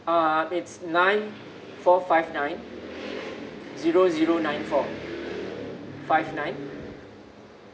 uh it's nine four five nine zero zero nine four five nine